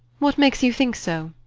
what makes you think so?